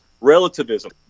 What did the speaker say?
relativism